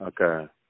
Okay